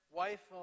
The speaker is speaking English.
wife